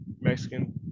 Mexican